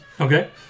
okay